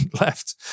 left